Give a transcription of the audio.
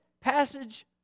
passage